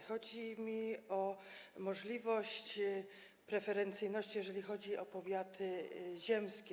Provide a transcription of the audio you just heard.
Chodzi mi o możliwość preferencyjności, jeżeli chodzi o powiaty ziemskie.